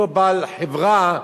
אותו בעל חברה,